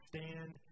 Stand